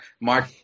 Mark